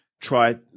try